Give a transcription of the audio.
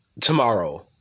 tomorrow